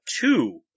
two